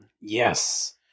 Yes